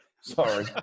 Sorry